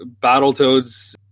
Battletoads